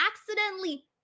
accidentally